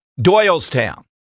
Doylestown